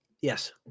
Yes